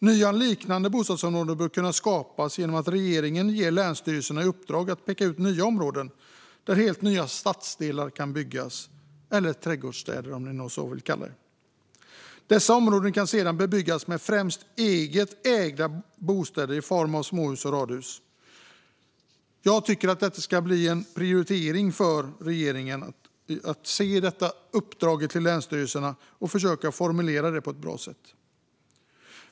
Nya liknande bostadsområden bör kunna skapas genom att regeringen ger länsstyrelserna i uppdrag att peka ut nya områden där helt nya stadsdelar kan byggas, eller trädgårdsstäder om man vill kalla dem så. Dessa områden kan sedan bebyggas med främst egenägda bostäder i form av småhus och radhus. Jag tycker att det ska bli en prioritering för regeringen att ge detta uppdrag till länsstyrelserna och att försöka formulera det på ett bra sätt.